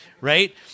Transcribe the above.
right